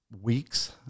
weeks